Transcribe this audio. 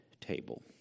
table